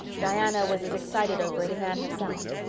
diana was as excited over it as anne herself.